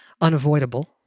unavoidable